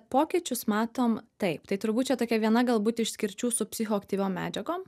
pokyčius matom taip tai turbūt čia tokia viena galbūt išskirčių su psichoaktyviom medžiagom